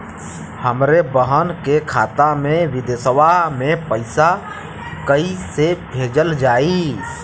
हमरे बहन के खाता मे विदेशवा मे पैसा कई से भेजल जाई?